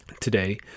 Today